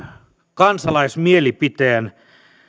kansalaismielipiteen